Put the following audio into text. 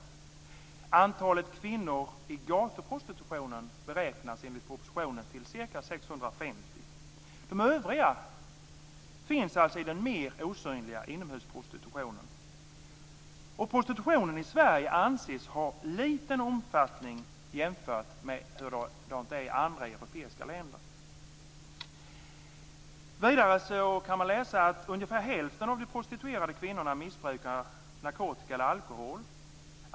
Antalet kvinnor i gatuprostitutionen beräknas till ca 650. De övriga finns alltså i den mer osynliga inomhusprostitutionen. Prostitutionen i Sverige anses ha liten omfattning jämfört med andra europeiska länder. Vidare kan man läsa att ungefär hälften av de prostituerade kvinnorna missbrukar narkotika eller alkohol.